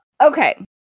okay